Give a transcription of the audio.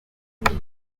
musi